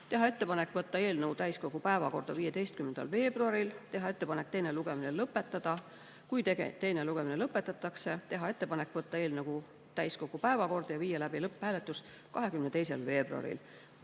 teha ettepanek võtta eelnõu täiskogu päevakorda 15. veebruaril; teha ettepanek teine lugemine lõpetada; kui teine lugemine lõpetatakse, teha ettepanek võtta eelnõu täiskogu päevakorda ja viia läbi lõpphääletus 22. veebruaril.